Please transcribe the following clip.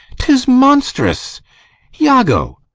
tis monstrous iago,